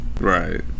Right